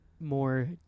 more